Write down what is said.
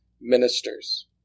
ministers